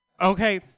Okay